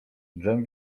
dżem